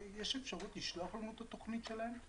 יש אפשרות לשלוח לנו את התוכנית שלהם?